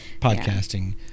podcasting